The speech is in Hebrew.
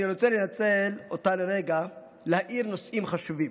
אני רוצה לנצל אותה לרגע להאיר נושאים חשובים.